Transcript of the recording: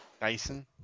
Dyson